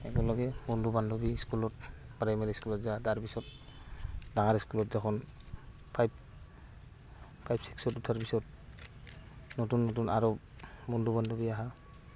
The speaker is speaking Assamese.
একেলগে বন্ধু বান্ধৱী স্কুলত প্ৰাইমাৰী স্কুলত যাওঁ তাৰপিছত ডাঙৰ স্কুলত যখন ফাইভ ফাইভ ছিক্সত উঠাৰ পিছত নতুন নতুন আৰু বন্ধু বান্ধৱী আহা